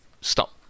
stop